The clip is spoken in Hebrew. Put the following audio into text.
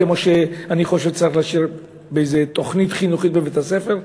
כמו שאני חושב שצריך להשאיר באיזה תוכנית חינוכית בבית-הספר,